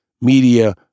media